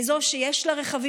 זו שיש לה כלי רכב,